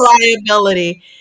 Liability